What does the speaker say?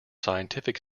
scientific